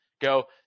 Go